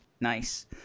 nice